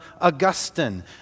Augustine